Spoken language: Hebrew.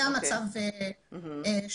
היה מצב שונה.